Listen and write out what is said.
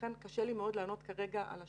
לכן קשה לי מאוד לענות כרגע על השאלה.